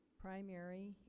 primary